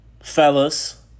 Fellas